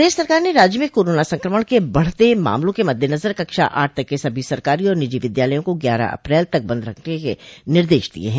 प्रदेश सरकार ने राज्य में कोरोना संक्रमण के बढ़ते मामलों के मद्देनजर कक्षा आठ तक के सभी सरकारी और निजी विद्यालयों को ग्यारह अप्रैल तक बन्द रखने के निर्देश दिये हैं